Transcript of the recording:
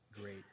great